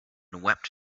wept